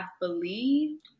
believed